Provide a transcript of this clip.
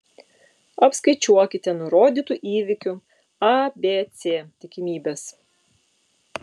apskaičiuokite nurodytų įvykių a b c tikimybes